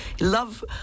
Love